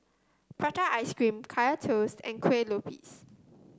Prata Ice Cream Kaya Toast and Kueh Lopes